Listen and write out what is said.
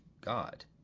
God